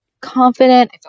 confident